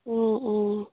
ꯑꯣ ꯑꯣ